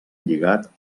lligat